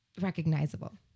Recognizable